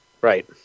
right